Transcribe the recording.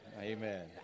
Amen